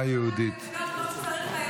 אני צריך חצי דקה,